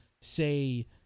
say